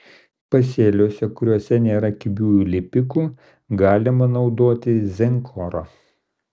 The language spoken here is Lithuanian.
pasėliuose kuriuose nėra kibiųjų lipikų galima naudoti zenkorą